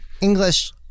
English